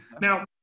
Now